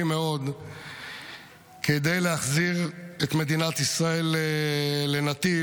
מאוד כדי להחזיר את מדינת ישראל לנתיב,